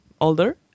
older